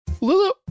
Lulu